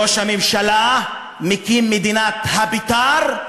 ראש הממשלה מקים מדינת בית"ר,